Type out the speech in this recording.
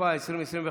התשפ"א 2021,